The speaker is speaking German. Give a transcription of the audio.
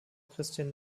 christian